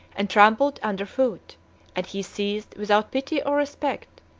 and trampled under foot and he seized, without pity or respect,